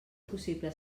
possible